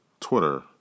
Twitter